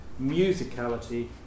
musicality